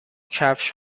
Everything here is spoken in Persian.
کفش